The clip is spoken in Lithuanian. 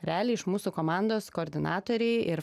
realiai iš mūsų komandos koordinatoriai ir